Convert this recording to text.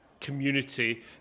community